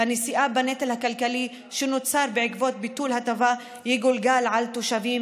הנשיאה בנטל הכלכלי שנוצר בעקבות ביטול ההטבה יגולגלו על התושבים